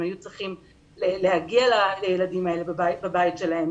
היו צריכים להגיע לילדים האלה בבית שלהם,